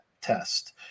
test